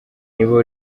niba